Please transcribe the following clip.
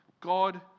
God